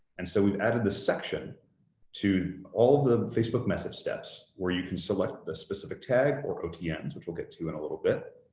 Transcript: and so we've added the section to all the facebook message steps where you can select the specific tag or otns, which we'll get to in a little bit,